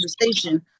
conversation